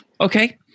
Okay